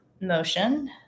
motion